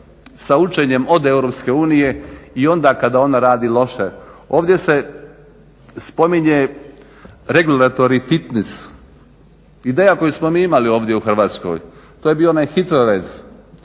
sa učenjem od EU i onda kada ona radi loše. Ovdje se spominje regulatory fitness, ideja koju smo mi imali ovdje u Hrvatskoj, to je bio onaj HITROREZ